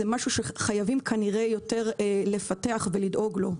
אלא משהו שכנראה חייבים לפתח יותר ולדאוג לו.